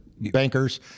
Bankers